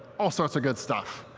all sorts of good stuff.